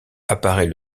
apparaît